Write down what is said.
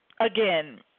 Again